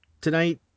tonight